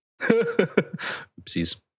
Oopsies